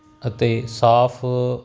ਅਤੇ ਸਾਫ